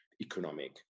economic